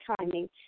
timing